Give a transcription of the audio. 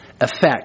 effect